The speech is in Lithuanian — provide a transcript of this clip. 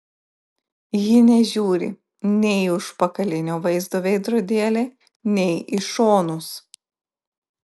ji nežiūri nei į užpakalinio vaizdo veidrodėlį nei į šonus